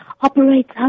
operates